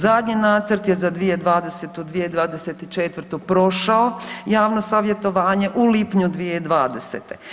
Zadnji nacrt je za 2020.-2024. prošao javno savjetovanje u lipnju 2020.